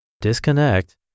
disconnect